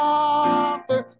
Father